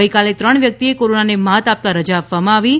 ગઇકાલે ત્રણ વ્યક્તિએ કોરોનાને મહાત આપતાં રજા આપવામાં આવી છે